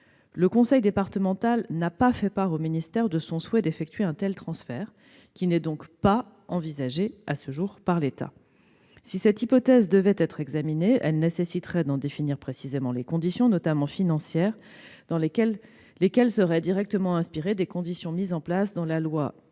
Le conseil départemental n'a pas fait part au ministère de son souhait d'effectuer un tel transfert, qui n'est pas envisagé à ce jour par l'État. Si cette hypothèse devait être examinée, elle nécessiterait d'en définir précisément les conditions, notamment financières, lesquelles seraient directement inspirées des conditions mises en place dans le cadre